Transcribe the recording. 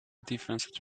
defense